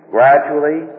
Gradually